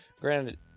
granted